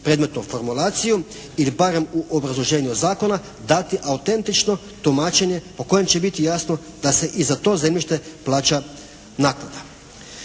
predmetnu formulaciju ili barem u obrazloženju zakona dati autentično tumačenje po kojem će biti jasno da se i za to zemljište plaća naknada.